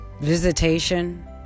visitation